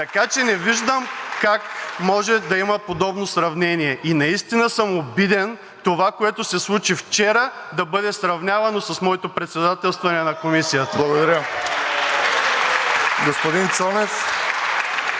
така че не виждам как може да има подобно сравнение. И наистина съм обиден, това, което се случи вчера, да бъде сравнявано с моето председателстване на Комисията. Благодаря. (Шум и реплики